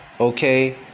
Okay